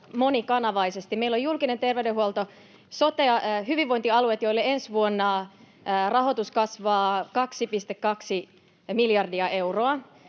monikanavaisesti. Meillä on julkinen terveydenhuolto, hyvinvointialueet, joille ensi vuonna rahoitus kasvaa 2,2 miljardia euroa.